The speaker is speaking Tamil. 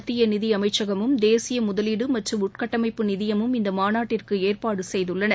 மத்திய நிதியமைச்சகமும் தேசிய முதலீடு மற்றும் உள்கட்டமைப்பு நிதியமும் இந்த மாநாட்டிற்கு ஏற்பாடு செய்துள்ளன